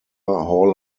hall